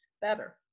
better